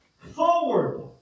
forward